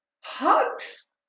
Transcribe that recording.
hugs